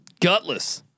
gutless